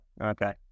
Okay